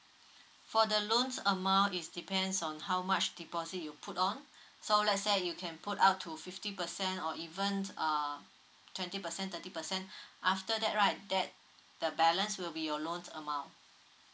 for the loans amount is depends on how much deposit you put on so let's say you can put up to fifty percent or even uh twenty percent thirty percent after that right that the balance will be your loan's amount